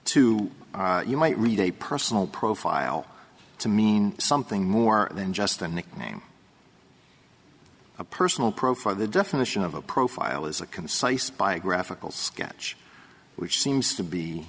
too you might read a personal profile to mean something more than just a nickname a personal profile the definition of a profile is a concise biographical sketch which seems to be